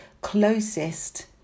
closest